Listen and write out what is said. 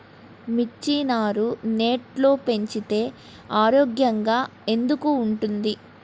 మిర్చి నారు నెట్లో పెంచితే ఆరోగ్యంగా ఎందుకు ఉంటుంది?